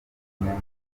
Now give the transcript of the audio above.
konyine